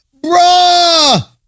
Bruh